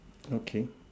okay